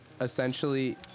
essentially